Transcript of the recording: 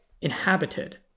inhabited